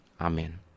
Amen